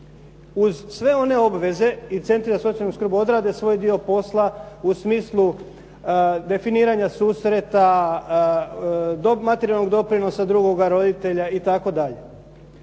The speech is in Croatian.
Uz sve one obveze i centri za socijalnu skrb odrade svoj dio posla u smislu definiranja susreta, do materijalnog doprinosa drugoga roditelja itd.